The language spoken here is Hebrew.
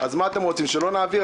אז מה אתם רוצים שלא נעביר?